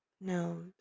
no